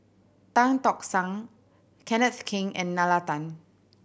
Tan Tock San Kenneth Keng and Nalla Tan